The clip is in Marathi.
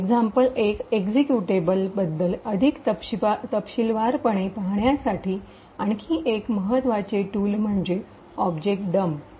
example1 एक्झिक्युटेबल बद्दल अधिक तपशीलवारपणे पाहण्यासाठी आणखी एक महत्त्वाचे टूल म्हणजे ऑब्जेक्ट डंप